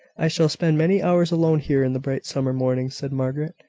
i shall spend many hours alone here in the bright summer mornings, said margaret.